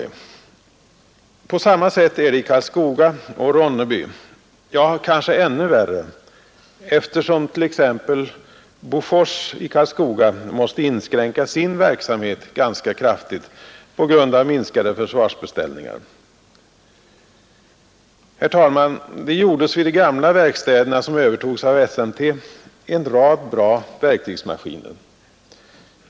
På samma sätt är det i Karlskoga och Ronneby, ja, kanske ännu värre eftersom t.ex. Bofors i Karlskoga måste inskränka sin verksamhet ganska kraftigt på grund av minskade försvarsbeställningar. Herr talman! Det gjordes vid de gamla verkstäderna, som övertogs av SMT, en rad bra verkstygsmaskiner.